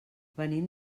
venim